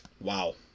wow